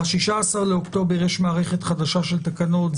ב-16 באוקטובר יש מערכת חדשה של תקנות,